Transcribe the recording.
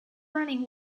running